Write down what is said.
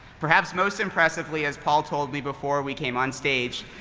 perhaps most impressively as paul told me before we came on stage,